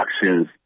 actions